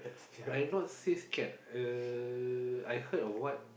I not say say scared uh I heard of what